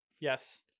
yes